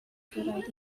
good